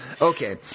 Okay